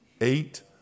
Eight